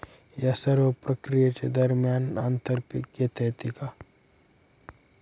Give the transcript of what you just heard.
या सर्व प्रक्रिये दरम्यान आंतर पीक घेता येते का?